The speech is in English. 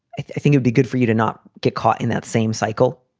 i think would be good for you to not get caught in that same cycle,